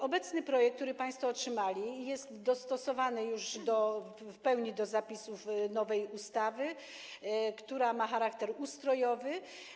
Obecny projekt, który państwo otrzymali, jest dostosowany już w pełni do zapisów nowej ustawy, która ma charakter ustrojowy.